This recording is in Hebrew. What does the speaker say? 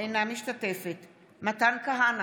אינה משתתפת בהצבעה מתן כהנא,